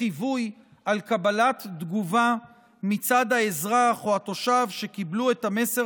חיווי על קבלת תגובה מצד האזרח או התושב שקיבלו את המסר